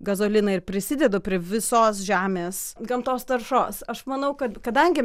gazoliną ir prisideda prie visos žemės gamtos taršos aš manau kad kadangi